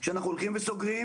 שאנחנו סוגרים,